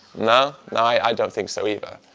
no, no, i don't think so either.